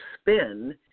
spin